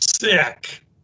sick